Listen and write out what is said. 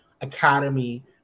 academy